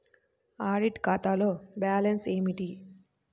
Audit ఖాతాలో balance ఏమిటీ?